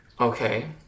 Okay